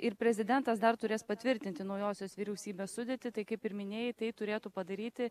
ir prezidentas dar turės patvirtinti naujosios vyriausybės sudėtį tai kaip ir minėjai tai turėtų padaryti